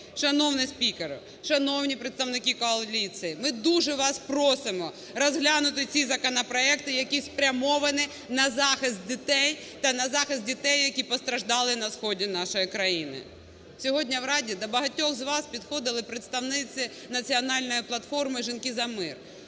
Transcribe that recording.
Шановний спікере, шановні представники коаліції, ми дуже вас просимо розглянути ці законопроекти, які спрямовані на захист дітей, та на захисти дітей, які постраждали на сході нашої країни. Сьогодні в Раді до багатьох з вас підходили представниці Національної платформи "Жінки за Мир",